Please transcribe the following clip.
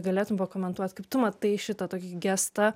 galėtum pakomentuot kaip tu matai šitą tokį gestą